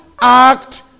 act